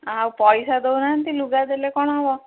ଆଉ ପଇସା ଦଉନାହାନ୍ତି ଲୁଗା ଦେଲେ କ'ଣ ହବ